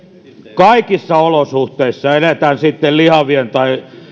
kaikissa olosuhteissa eletään sitten lihavien tai